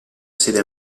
sede